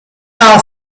fall